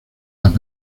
las